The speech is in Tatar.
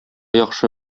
яхшы